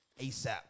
ASAP